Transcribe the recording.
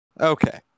Okay